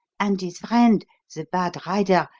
and his friend, the bad rider,